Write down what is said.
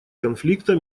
конфликта